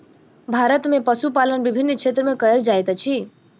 भारत में पशुपालन विभिन्न क्षेत्र में कयल जाइत अछि